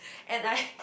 and I